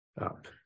up